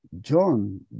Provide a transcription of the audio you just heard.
John